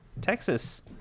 Texas